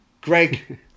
Greg